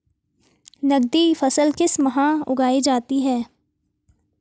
नकदी फसल किस माह उगाई जाती है?